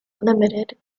limited